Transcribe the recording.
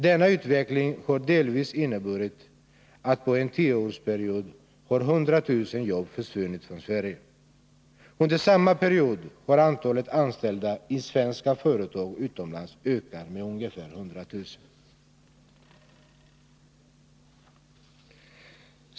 Delvis på grund av denna utveckling har under en tioårsperiod 100 000 jobb försvunnit från Sverige. Under samma period har antalet anställda i svenska företag utomlands ökat med ungefär 100 000.